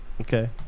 Okay